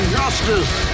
justice